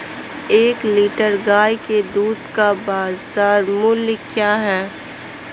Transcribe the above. एक लीटर गाय के दूध का बाज़ार मूल्य क्या है?